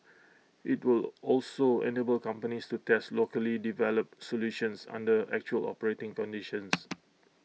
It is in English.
IT will also enable companies to test locally developed solutions under actual operating conditions